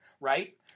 right